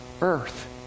earth